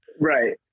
Right